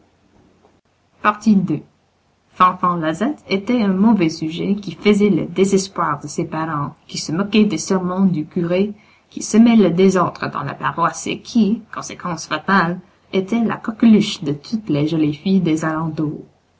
ii fanfan lazette était un mauvais sujet qui faisait le désespoir de ses parents qui se moquait des sermons du curé qui semait le désordre dans la paroisse et qui conséquence fatale était la coqueluche de toutes les jolies filles des alentours